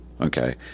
Okay